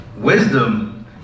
Wisdom